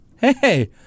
hey